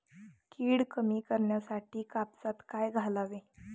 कीड कमी करण्यासाठी कापसात काय घालावे?